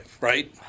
Right